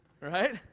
Right